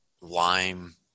lime